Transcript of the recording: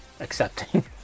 accepting